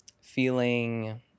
feeling